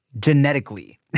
genetically